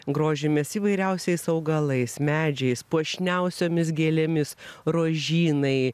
grožimės įvairiausiais augalais medžiais puošniausiomis gėlėmis rožynai